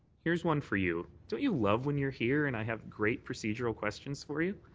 here's one for you don't you love when you're here and i have great procedural questions for you?